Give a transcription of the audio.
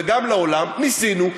וגם לעולם: ניסינו,